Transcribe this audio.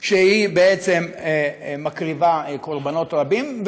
בעצם מקריבה קורבנות רבים,